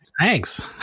Thanks